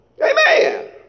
Amen